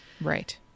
Right